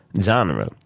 genre